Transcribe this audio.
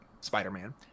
Spider-Man